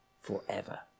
forever